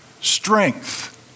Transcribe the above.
strength